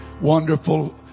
wonderful